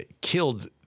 killed